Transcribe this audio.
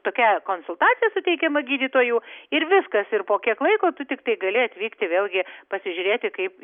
tokia konsultacija suteikiama gydytojų ir viskas ir po kiek laiko tu tiktai gali atvykti vėlgi pasižiūrėti kaip